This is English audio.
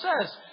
says